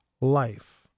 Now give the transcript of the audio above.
life